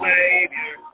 Savior